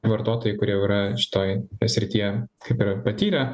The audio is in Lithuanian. vartotojai kurie jau yra šitoje srityje kaip ir patyrę